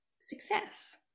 success